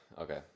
Okay